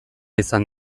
izan